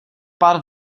pár